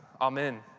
Amen